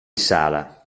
sala